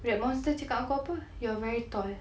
black monster cakap ngan aku apa you are very tall